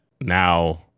now